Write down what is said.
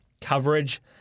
coverage